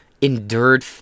endured